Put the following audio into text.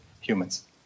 humans